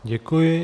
Děkuji.